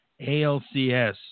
ALCS